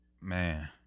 man